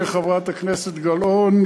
חברת הכנסת גלאון,